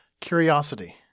curiosity